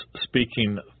speaking